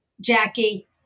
Jackie